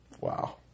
wow